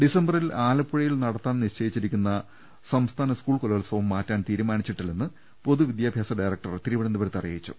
ഡിസംബറിൽ ആലപ്പുഴയിൽ നടത്താൻ നിശ്ചയിച്ചിരിക്കുന്ന സംസ്ഥാന സ്കൂൾ കലോത്സവം മാറ്റാൻ തീരുമാനിച്ചിട്ടില്ലെന്ന് പൊതുവിദ്യാഭ്യാസ ഡയറക്ടർ തിരുവനന്തപുരത്ത് അറിയിച്ചു